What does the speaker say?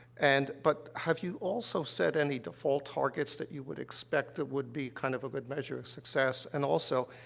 and but have you also set any default targets that you would expect that would be, kind of, a good measure of success? and also,